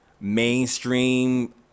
mainstream